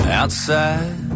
outside